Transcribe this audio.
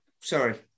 sorry